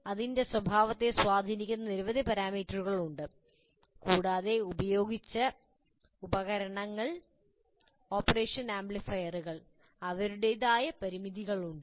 അതിന്റെ സ്വഭാവത്തെ സ്വാധീനിക്കുന്ന നിരവധി പാരാമീറ്ററുകൾ ഉണ്ട് കൂടാതെ ഉപയോഗിച്ച ഉപകരണങ്ങൾക്ക് ഓപ്പറേഷൻ ആംപ്ലിഫയറുകൾ അവരുടേതായ പരിമിതികളുണ്ട്